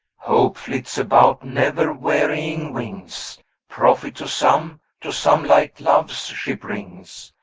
hope flits about never-wearying wings profit to some, to some light loves she brings,